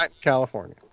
California